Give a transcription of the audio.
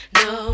no